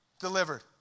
delivered